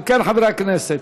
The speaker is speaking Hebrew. אם כן, חברי הכנסת,